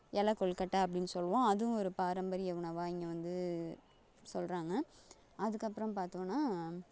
இலை கொழுக்கட்ட அப்படின்னு சொல்வோம் அதுவும் ஒரு பாரம்பரிய உணவாக இங்கே வந்து சொல்கிறாங்க அதுக்கப்புறம் பார்த்தோன்னா